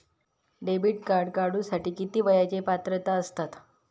Debit card काढूसाठी किती वयाची पात्रता असतात?